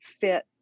fit